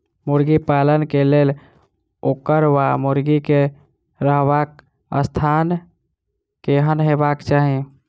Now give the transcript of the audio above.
मुर्गी पालन केँ लेल ओकर वा मुर्गी केँ रहबाक स्थान केहन हेबाक चाहि?